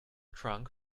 trunk